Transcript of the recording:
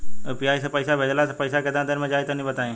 UPI से पईसा भेजलाऽ से पईसा केतना देर मे जाई तनि बताई?